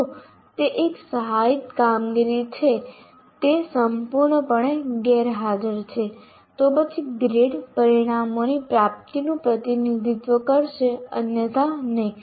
જો તે 1 સહાયિત કામગીરી છે તે સંપૂર્ણપણે ગેરહાજર છે તો પછી ગ્રેડ પરિણામોની પ્રાપ્તિનું પ્રતિનિધિત્વ કરશે અન્યથા નહીં